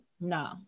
No